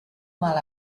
mal